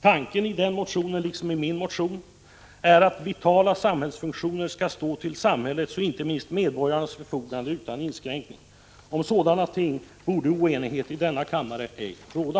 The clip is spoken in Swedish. Tanken i denna motion, liksom i min motion, är att vitala samhällsfunktioner skall stå till samhällets och inte minst medborgarnas förfogande utan inskränkning. Om sådana ting borde oenighet i denna kammare ej råda.